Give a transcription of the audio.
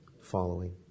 following